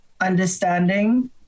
understanding